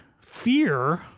fear